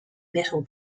metal